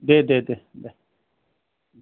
दे दे दे दे